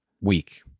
week